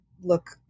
look